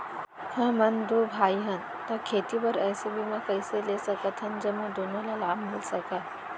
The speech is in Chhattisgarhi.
हमन दू भाई हन ता खेती बर ऐसे बीमा कइसे ले सकत हन जेमा दूनो ला लाभ मिलिस सकए?